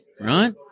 right